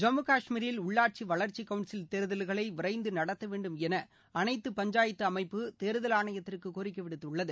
ஜம்மு கஷ்மீரில் உள்ளாட்சி வளர்ச்சிக் கவுன்சில் தேர்தல்களை விரைந்து நடத்த வேண்டும் என அனைத்து பஞ்சாயத்து அமைப்பு தேர்தல் ஆணையத்திற்கு கோரிக்கை விடுத்துள்ளது